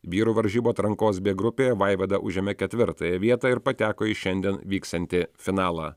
vyrų varžybų atrankos b grupėje vaivada užėmė ketvirtąją vietą ir pateko į šiandien vyksiantį finalą